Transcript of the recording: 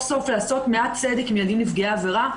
סוף לעשות מעט צדק עם ילדים נפגעי עבירה,